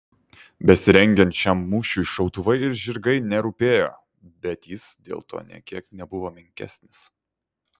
besirengiant šiam mūšiui šautuvai ir žirgai nerūpėjo bet jis dėl to nė kiek nebuvo menkesnis